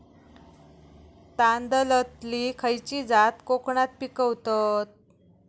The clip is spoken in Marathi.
तांदलतली खयची जात कोकणात पिकवतत?